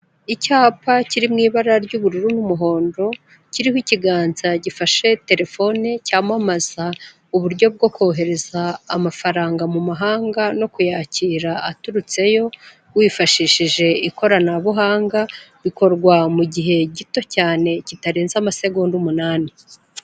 Icyapa kiri mu ibara ry'ubururu n'umuhondo, kiriho ikiganza gifashe telefoni cyamamaza uburyo bwo kohereza amafaranga mu mahanga no kuyakira aturutseyo, wifashishije ikoranabuhanga bikorwa mu gihe gito cyane kitarenze amasegonda umunani.